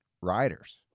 riders